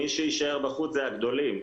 מי שיישאר בחוץ הם הגדולים,